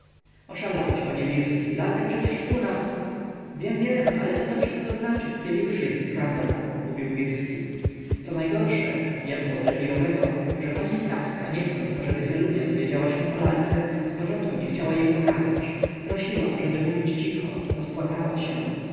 oszalałeś panie wirski lalka przecież u nas wiem wiem ale coto wszystko znaczy kiedy już jest skandal mówił wirski co najgorsze wiem to od rewirowego że pani stawska nie chcąc ażeby helunia dowiedziała się o lalce zpoczątku nie chciała jej pokazać prosiła ażeby mówić cicho rozpłakała się